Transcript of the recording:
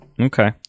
Okay